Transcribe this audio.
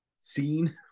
seen